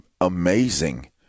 amazing